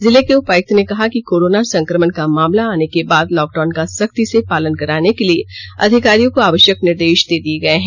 जिले के उपायुक्त ने कहा कि कोरोना संक्रमण का मामला आने के बाद लॉकडाउन का सख्ती से पालन कराने के लिए अधिकारियों को आवष्यक निर्देष दे दिए गए हैं